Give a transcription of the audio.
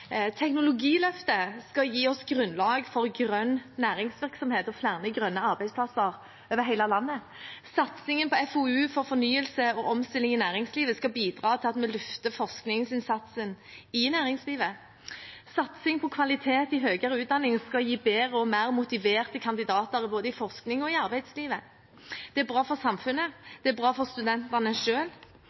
Teknologiløftet skal gi oss grunnlag for grønn næringsvirksomhet og flere grønne arbeidsplasser over hele landet. Satsingen på FoU for fornyelse og omstilling i næringslivet skal bidra til at vi løfter forskningsinnsatsen i næringslivet. Satsingen på kvalitet i høyere utdanning skal gi bedre og mer motiverte kandidater både i forskning og i arbeidslivet. Det er bra for samfunnet, og det er bra for studentene